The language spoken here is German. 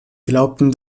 glaubten